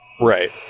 right